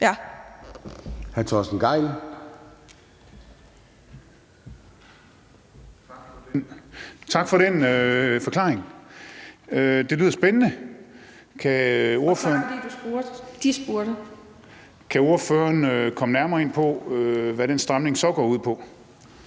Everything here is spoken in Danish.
Kl. 16:35 Torsten Gejl (ALT): Tak for den forklaring. Det lyder spændende. Kan ordføreren komme nærmere ind på, hvad den stramning så går ud på?